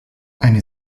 eine